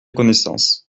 connaissances